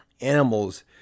animals